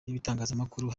n’ibitangazamakuru